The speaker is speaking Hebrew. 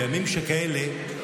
בימים שכאלה,